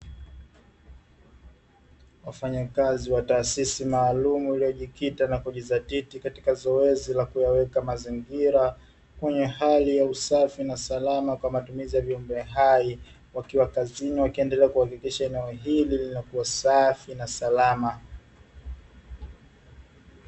Wafanyakazi wa taasisi maalumu, iliyojikita na kujizatiti katika zoezi la kuyaweka mazingira, kwenye hali ya usafi na salama, kwa matumizi ya viumbe hai, wakiwa kazini wakiendelea kuhakikisha eneo hili linakua safi na salama.